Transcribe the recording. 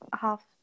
half